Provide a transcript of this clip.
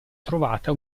trovata